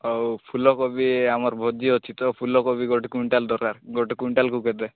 ହଉ ଫୁଲକୋବି ଆମର ଭୋଜି ଅଛି ତ ଫୁଲକୋବି ଗୋଟେ କୁଇଣ୍ଟାଲ୍ ଦରକାର ଗୋଟେ କୁଇଣ୍ଟାଲ୍କୁ କେତେ